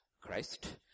Christ